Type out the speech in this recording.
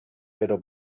però